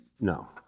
no